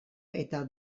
eta